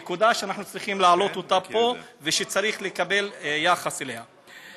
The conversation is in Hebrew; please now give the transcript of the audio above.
זאת נקודה שאנחנו צריכים להעלות אותה פה וצריך להתייחס אליה.